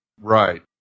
Right